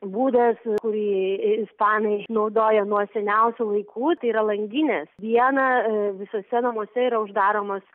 būdas kurį ispanai naudoja nuo seniausių laikų tai yra langinės dieną visuose namuose yra uždaromos